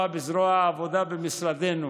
בזרוע העבודה במשרדנו,